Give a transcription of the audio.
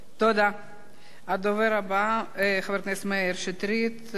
הדובר הבא חבר הכנסת מאיר שטרית, ואחריו,